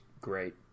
great